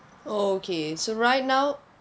okay so right now